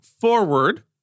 forward